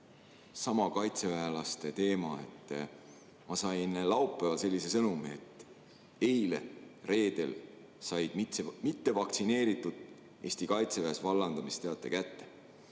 seesama kaitseväelaste teema. Ma sain laupäeval sellise sõnumi: "Eile, reedel said mittevaktsineeritud Eesti kaitseväes vallandamisteate kätte."